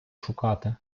шукати